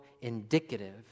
indicative